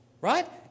Right